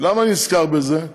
למה אני נזכר בזה?